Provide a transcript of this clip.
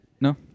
No